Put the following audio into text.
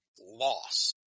loss